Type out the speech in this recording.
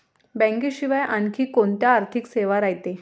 बँकेशिवाय आनखी कोंत्या आर्थिक सेवा रायते?